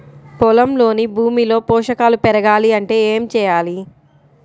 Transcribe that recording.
పొలంలోని భూమిలో పోషకాలు పెరగాలి అంటే ఏం చేయాలి?